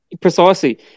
Precisely